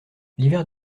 l’hiver